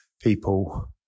people